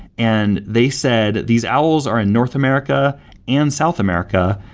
and they said these owls are in north america and south america,